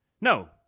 No